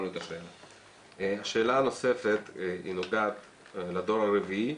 השאלה הנוספת נוגעת לדור הרביעי,